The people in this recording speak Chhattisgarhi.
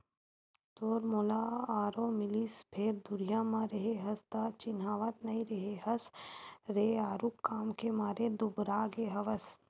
तोर मोला आरो मिलिस फेर दुरिहा म रेहे हस त चिन्हावत नइ रेहे हस रे आरुग काम के मारे दुबरागे हवस